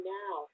now